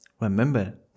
Remember